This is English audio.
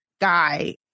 guy